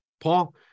paul